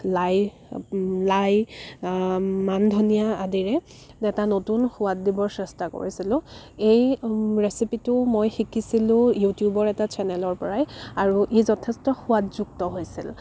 লাই লাই মানধনিয়া আদিৰে এটা নতুন সোৱাদ দিবৰ চেষ্টা কৰিছিলোঁ এই ৰেচিপিটো মই শিকিছিলোঁ ইউটিউবৰ এটা চেনেলৰ পৰাই আৰু ই যথেষ্ট সোৱাদযুক্ত হৈছিল